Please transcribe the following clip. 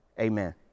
Amen